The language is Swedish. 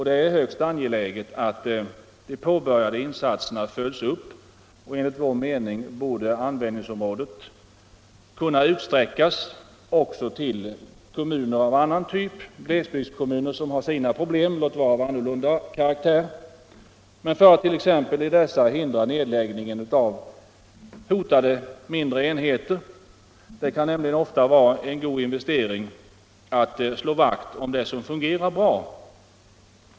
Det är högst angeläget att de påbörjade insatserna följs upp, och enligt vår mening borde användningsområdet kunna utsträckas också till glesbygdskommuner för att t.ex. hindra nedläggningen av mindre enheter. Det kan nämligen ofta vara en god investering att slå vakt om det som fungerar bra.